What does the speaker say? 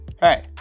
hey